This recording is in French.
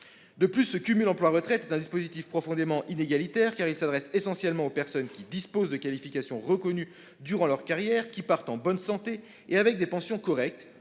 De plus, le cumul emploi-retraite est un dispositif profondément inégalitaire, car il s'adresse essentiellement aux personnes qui disposent de qualifications reconnues durant leur carrière, qui partent à la retraite en bonne santé, qui touchent une pension correcte